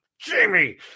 jimmy